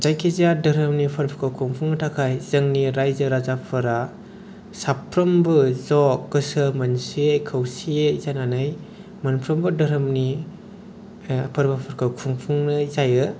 जायखि जाया धोरोमनि फोरबोखौ खुंफुंनो थाखाय जोंनि रायजो राजाफोरा साफ्रोमबो ज' गोसो मोनसेयै खौसेयै जानानै मोनफ्रोमबो धोरोमनि फोरबोफोरखौ खुंफुंनाय जायो